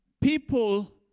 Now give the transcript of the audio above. people